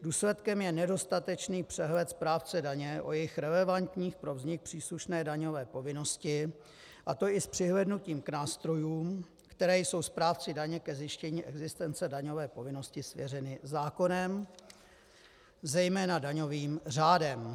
Důsledkem je nedostatečný přehled správce daně o jejich relevantních pro vznik příslušné daňové povinnosti, a to i s přihlédnutím k nástrojům, které jsou správci daně ke zjištění existence daňové povinnosti svěřeny zákonem, zejména daňovým řádem.